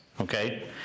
okay